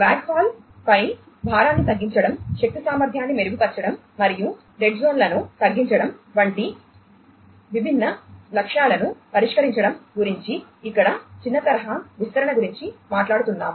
బ్యాక్హాల్లను తగ్గించడం వంటి విభిన్న లక్ష్యాలను పరిష్కరించడం గురించి ఇక్కడ చిన్న తరహా విస్తరణ గురించి మాట్లాడుతున్నాము